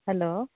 hello